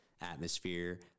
atmosphere